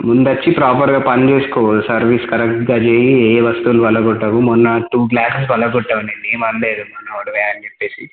ముందు వచ్చి ప్రాపర్గా పని చేసుకో సర్వీస్ కరెక్ట్గా చేయి ఏ వస్తువులు పగులగొట్టకు మొన్న టూ గ్లాసులు పగులగొట్టావు నిన్ను ఏమీ అనలేదు పోతెమాయే అని చెప్పేసి